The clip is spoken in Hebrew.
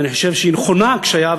ואני חושב שההקשיה נכונה,